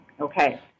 Okay